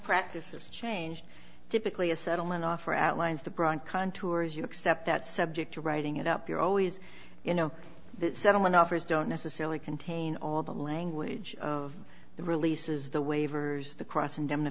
practice is changed typically a settlement offer outlines the broad contours you accept that subject to writing it up you're always you know that settlement offers don't necessarily contain all the language of the releases the waivers the cross ind